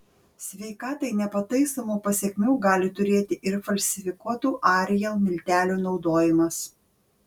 sveikatai nepataisomų pasekmių gali turėti ir falsifikuotų ariel miltelių naudojimas